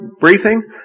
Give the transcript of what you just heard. briefing